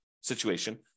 situation